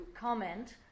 comment